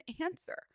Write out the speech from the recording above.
answer